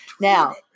Now